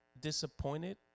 disappointed